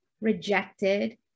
rejected